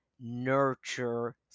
nurture